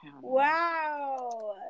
Wow